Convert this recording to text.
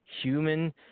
human